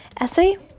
essay